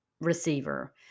receiver